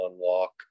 unlock